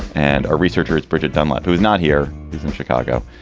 and our researcher is bridget dunlop, who's not here in chicago,